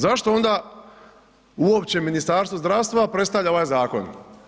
Zašto onda uopće Ministarstvo zdravstva predstavlja ovaj zakon?